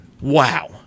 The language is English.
wow